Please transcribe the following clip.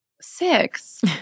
six